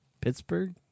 Pittsburgh